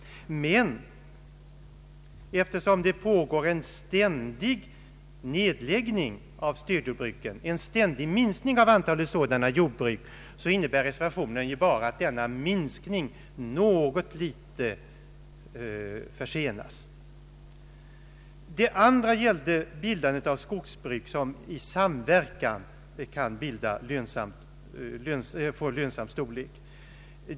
Men eftersom det pågår en ständig nedläggning av stödjordbruk, innebär reservationen bara att denna minskning något litet försenas. Det andra gäller bildandet av skogsbruk som i samverkan kan få en lönsam storlek.